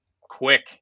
quick